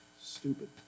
stupid